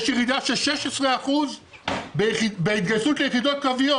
יש ירידה של 16% בהתגייסות ליחידות קרביות.